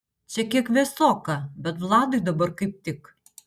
čia kiek vėsoka bet vladui dabar kaip tik